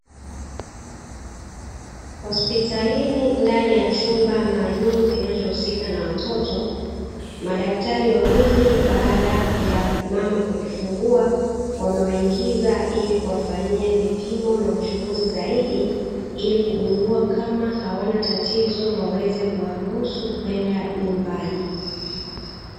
Hospitalini ndani ya chumba maalumu kinachohusika na watoto, madaktari wawili baada ya mama kujifungua wamewaingiza ili kuwafanyia vipimo na uchuguzi zaidi, ili kugundua kama hawana tatizo ili waweze kuwaruhusu kwenda nyumbani.